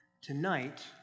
Tonight